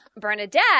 Bernadette